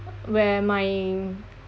where my